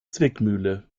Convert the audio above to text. zwickmühle